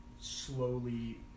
slowly